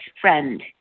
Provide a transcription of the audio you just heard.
friend